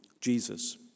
Jesus